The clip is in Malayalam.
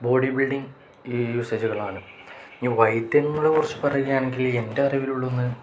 ബോഡി ബിൽഡിംഗ് യൂസേജുകളാണ് ഇനി വൈദ്യങ്ങളെക്കുറിച്ച് പറയുകയാണെങ്കിൽ എൻ്റെ അറിവിലുള്ളത്